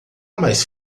mais